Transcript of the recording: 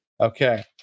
okay